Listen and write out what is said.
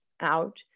out